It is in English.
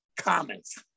comments